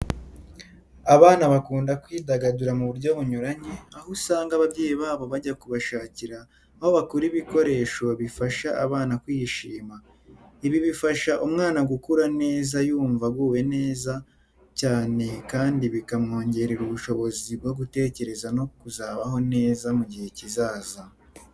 Abana bakunda kwidagadura mu buryo bunyuranye, aho usanga ababyeyi babo bajya kubashakira aho bakura ibikoresho bifasha abana kwishima. Ibi bifasha umwana gukura neza yumva aguwe neza cyane kandi bikamwongerera ubushobozi bwo gutekereza no kuzabaho neza mu gihe kizaza.